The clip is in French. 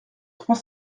trois